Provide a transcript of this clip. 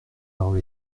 parole